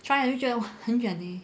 try 了就觉得很远 leh